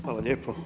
Hvala lijepo.